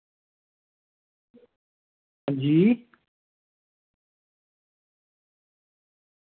हां जी